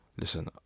listen